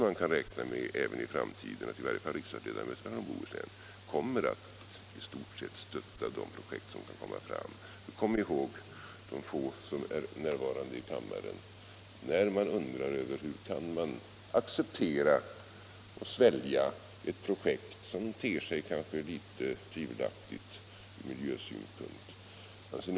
De få ledamöter som är närvarande i kammaren bör komma ihåg följande, om man ibland undrar över hur vi kan acceptera ett projekt som kanske ter sig litet tvivelaktigt ur miljösynpunkt.